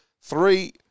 three